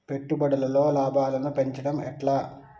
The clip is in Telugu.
పెట్టుబడులలో లాభాలను పెంచడం ఎట్లా?